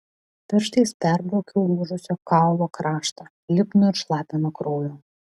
pirštais perbraukiau lūžusio kaulo kraštą lipnų ir šlapią nuo kraujo